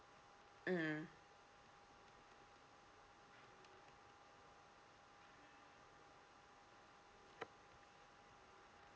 mm